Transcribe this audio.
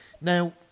Now